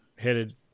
headed